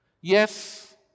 Yes